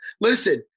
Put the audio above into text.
Listen